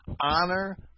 Honor